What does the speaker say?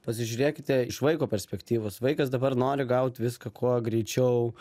pasižiūrėkite iš vaiko perspektyvos vaikas dabar nori gaut viską kuo greičiau